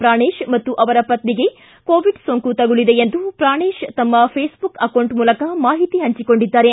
ಪ್ರಾಣೇಶ್ ಮತ್ತು ಅವರ ಪತ್ನಿಗೆ ಕೋವಿಡ್ ಸೋಂಕು ತಗಲಿದೆ ಎಂದು ಪ್ರಾಣೇಶ್ ತಮ್ನ ಫೇಸ್ ಬುಕ್ ಅಕೌಂಟ್ ಮೂಲಕ ಮಾಹಿತಿ ಹಂಚಿಕೊಂಡಿದ್ದಾರೆ